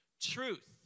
Truth